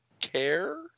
care